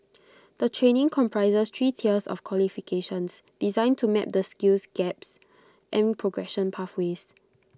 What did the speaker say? the training comprises three tiers of qualifications designed to map the skills gaps and progression pathways